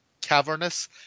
cavernous